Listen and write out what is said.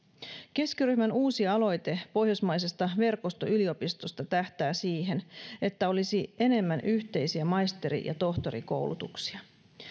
keskiryhmän uusi aloite pohjoismaisesta verkostoyliopistosta tähtää siihen että olisi enemmän yhteisiä maisteri ja tohtorikoulutuksia